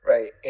Right